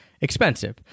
expensive